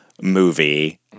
movie